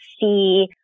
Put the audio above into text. see